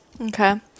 Okay